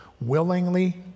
willingly